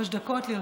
שלוש דקות לרשותך.